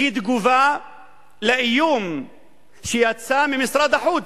כתגובה על האיום שיצא ממשרד החוץ,